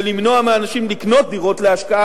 ולמנוע מאנשים לקנות דירות להשקעה